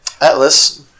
Atlas